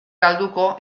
galduko